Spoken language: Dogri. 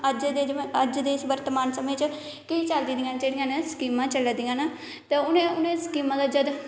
अज दे जमाने च अज दे इस बर्तमान समें च केंई चाल्ली दियां जेहड़ियां ना स्किमा चला दियां ना ते उनें उनें स्किमा दे तैह्त